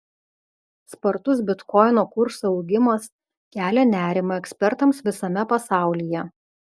spartus bitkoino kurso augimas kelia nerimą ekspertams visame pasaulyje